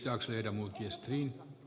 värderade talman